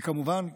כמובן,